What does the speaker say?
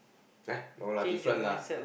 eh no lah different lah